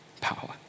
power